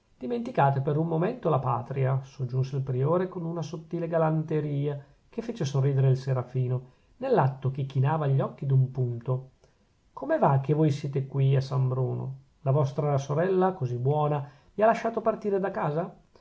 dimenticate per un momento la patria soggiunse il priore con una sottile galanteria che fece sorridere il serafino nell'atto che chinava gli occhi d'un punto come va che voi siete qui a san bruno la vostra sorella così buona vi ha lasciato partire da casa